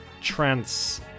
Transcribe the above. trans